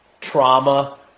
trauma